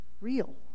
real